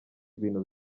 ibintu